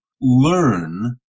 learn